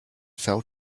fell